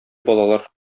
балалар